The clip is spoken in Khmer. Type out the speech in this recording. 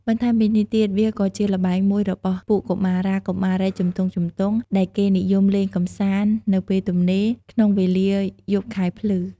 បន្ថែមពីនេះទៀតវាក៏ជាល្បែងមួយរបស់ពួកកុមារាកុមារីជំទង់ៗ ដែលគេនិយមលេងកម្សាន្តនៅពេលទំនេរ ក្នុងវេលាយប់ខែភ្លឺ។